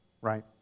right